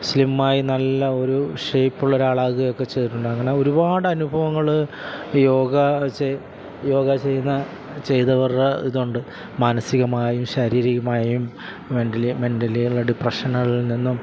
slim ആയി നല്ല ഒരു ഷേപ്പ് ഉള്ള ഒരാൾ ആകുകയും ഒക്കെ ചെയ്തിട്ടുണ്ട് അങ്ങനെ ഒരുപാട് അനുഭവങ്ങൾ യോഗ യോഗ ചെയ്യുന്ന ചെയ്തവരുടെ ഇതുണ്ട് മാനസികമായും ശാരീരികമായും മെന്റലി മെന്റലിയുള്ള ഡിപ്രഷന്കളില് നിന്നും